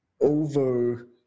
over